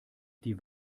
die